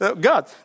God